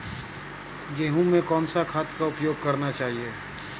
गेहूँ में कौन सा खाद का उपयोग करना चाहिए?